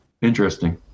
Interesting